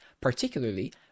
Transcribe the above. particularly